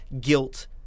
guilt